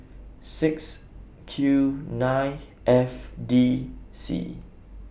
six Q nine F D C